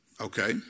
Okay